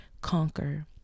conquer